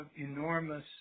enormous